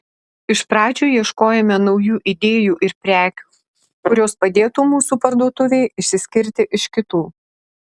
iš pradžių ieškojome naujų idėjų ir prekių kurios padėtų mūsų parduotuvei išsiskirti iš kitų